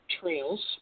trails